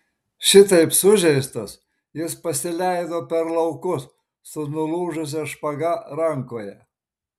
šitaip sužeistas jis pasileido per laukus su nulūžusia špaga rankoje